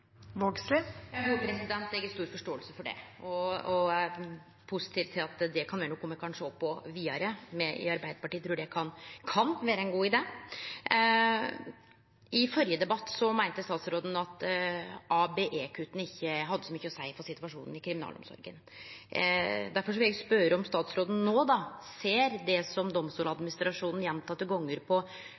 har stor forståing for det, og eg er positiv til at det kan vere noko me kan sjå på vidare. Me i Arbeidarpartiet trur det kan vere ein god idé. I førre debatt meinte statsråden at ABE-kutta ikkje hadde så mykje å seie for situasjonen i kriminalomsorga. Difor vil eg spørje om statsråden no ser det som Domstoladministrasjonen gjentekne gonger på